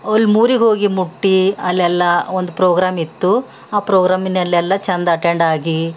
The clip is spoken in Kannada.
ಅಲ್ಮೂರಿಗೆ ಹೋಗಿ ಮುಟ್ಟಿ ಅಲ್ಲೆಲ್ಲ ಒಂದು ಪ್ರೋಗ್ರಾಮಿತ್ತು ಆ ಪ್ರೋಗ್ರಾಮಿನಲ್ಲೆಲ್ಲ ಛಂದ ಅಟೆಂಡಾಗಿ